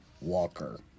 Walker